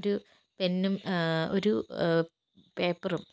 ഒരു പെന്നും ഒരു പേപ്പറും